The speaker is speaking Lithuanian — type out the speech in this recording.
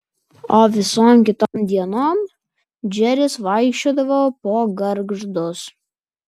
o visom kitom dienom džeris vaikščiodavo po gargždus